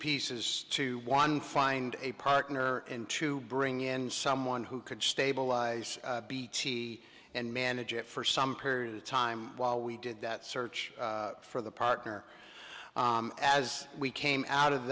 pieces to one find a partner and to bring in someone who could stabilize beattie and manage it for some period of time while we did that search for the partner as we came out of